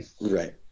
right